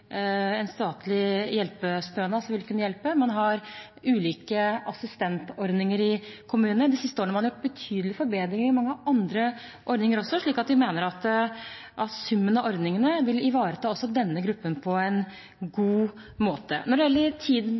hjelpestønad som vil kunne hjelpe, og man har ulike assistentordninger i kommuner. De siste årene har man gjort betydelige forbedringer i mange andre ordninger, så vi mener at summen av ordningene vil ivareta også denne gruppen på en god måte. Når det gjelder